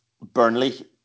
Burnley